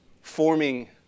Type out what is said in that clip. forming